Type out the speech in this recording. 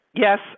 Yes